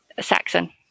saxon